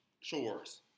Chores